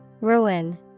Ruin